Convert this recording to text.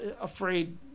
afraid